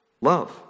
love